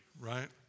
right